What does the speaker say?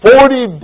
Forty